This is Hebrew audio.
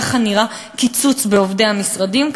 ככה נראה קיצוץ בעובדי המשרדים,